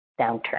downturn